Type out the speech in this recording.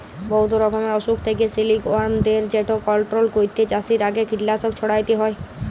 বহুত রকমের অসুখ থ্যাকে সিলিকওয়ার্মদের যেট কলট্রল ক্যইরতে চাষের আগে কীটলাসক ছইড়াতে হ্যয়